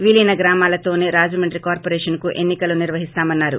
విలీన గ్రామాలతోనే రాజమండ్రి కార్పొరేషన్కు ఎన్నికలు నిర్వహిస్తామన్నారు